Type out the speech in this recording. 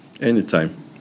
anytime